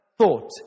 thought